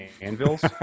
anvils